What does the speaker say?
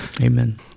Amen